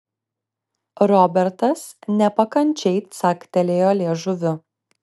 robertas nepakančiai caktelėjo liežuviu